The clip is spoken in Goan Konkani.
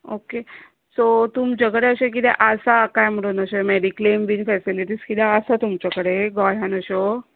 ओके सो तुमचे कडेन अशे किते आसा काय म्हणून अशे मॅडिक्लेम बीन फॅसिलीटीज किते आसा तुमचे कडेन गोंयांन अश्यो